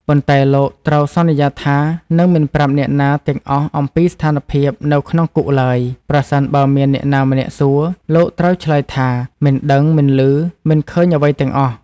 ប៉ុន្តែ លោកត្រូវសន្យាថានឹងមិនប្រាប់អ្នកណាទាំងអស់អំពីស្ថានភាពនៅក្នុងគុកឡើយ ប្រសិនបើមានអ្នកណាម្នាក់សួរ លោកត្រូវឆ្លើយថា មិនដឹង មិនឮ មិនឃើញអ្វីទាំងអស់។